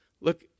Look